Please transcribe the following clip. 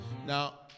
Now